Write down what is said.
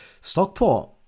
Stockport